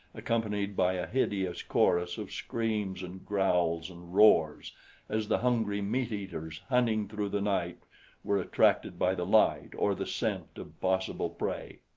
accompanied by a hideous chorus of screams and growls and roars as the hungry meat-eaters hunting through the night were attracted by the light or the scent of possible prey.